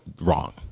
wrong